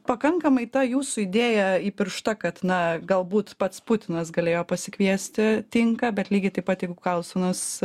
pakankamai ta jūsų idėja įpiršta kad na galbūt pats putinas galėjo pasikviesti tinka bet lygiai taip pat jeigu karlsonas